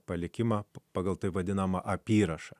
palikimą pagal tai vadinama apyrašą